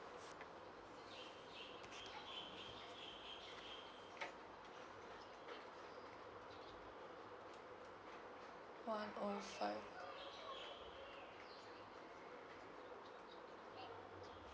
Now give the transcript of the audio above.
one O five